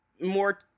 more